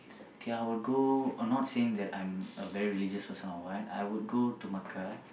okay I would go or not saying that I'm a very religious or what I would go to Mecca